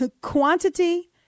quantity